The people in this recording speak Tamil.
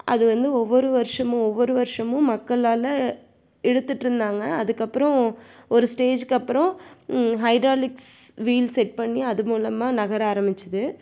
அது வந்து ஒவ்வொரு வருஷமும் ஒவ்வொரு வருஷமும் மக்களால் இழுத்துட்டுருந்தாங்க அதற்கப்பறம் ஒரு ஸ்டேஜ்க்கு அப்புறம் ஹைட்ராலிக்ஸ் வீல் செட் பண்ணி அது மூலமாக நகர ஆரமிச்சிது